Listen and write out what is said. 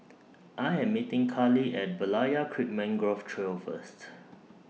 I Am meeting Karli At Berlayer Creek Mangrove Trail First